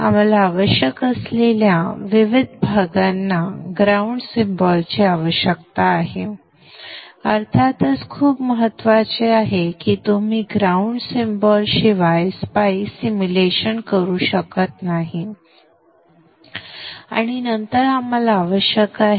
आम्हाला आवश्यक असलेल्या विविध भागांना ग्राउंड सिम्बॉलची आवश्यकता आहे अर्थातच खूप महत्वाचे आहे की तुम्ही ग्राउंड सिम्बॉल शिवाय स्पायइस सिम्युलेशन करू शकत नाही आणि नंतर आम्हाला आवश्यक आहे